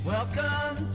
Welcome